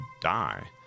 die